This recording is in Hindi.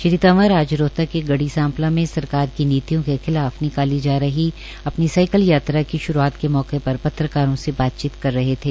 श्री तंवर आज रोहतक के गढ़ी सांपला में सरकार की नीतियों के खिलाफ निकाली जा रही अपनी साईकल यात्रा की श्रूआत के मौके पत्रकारों से बातचीत कर रहे थे